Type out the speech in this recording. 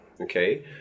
Okay